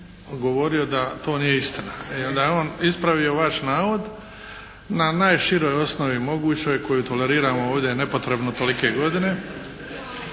govorio da to nije istina, e onda je on ispravio vaš navod na najširoj osnovi mogućoj koju toleriramo ovdje nepotrebno tolike godine.